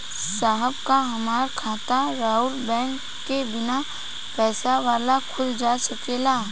साहब का हमार खाता राऊर बैंक में बीना पैसा वाला खुल जा सकेला?